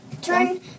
Turn